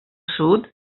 sud